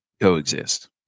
coexist